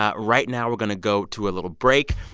ah right now we're going to go to a little break.